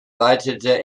leitete